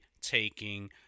taking